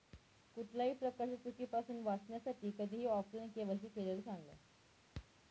कुठल्याही प्रकारच्या चुकीपासुन वाचण्यासाठी कधीही ऑफलाइन के.वाय.सी केलेलं चांगल